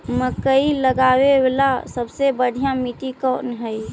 मकई लगावेला सबसे बढ़िया मिट्टी कौन हैइ?